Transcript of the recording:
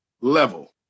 level